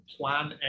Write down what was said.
plan